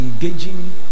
engaging